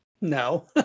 No